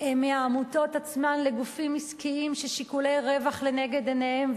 מהעמותות עצמן לגופים עסקיים ששיקולי רווח לנגד עיניהם,